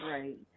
Right